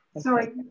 Sorry